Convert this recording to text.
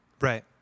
Right